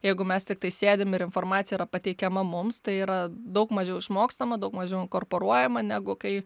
jeigu mes tiktai sėdim ir informacija yra pateikiama mums tai yra daug mažiau išmokstama daug mažiau inkorporuojama negu kai